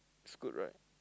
it's good right